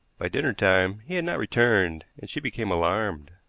by dinner time he had not returned and she became alarmed.